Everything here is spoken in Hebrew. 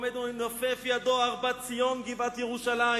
הוא עומד ומנופף ידו "הר בית ציון גבעת ירושלם",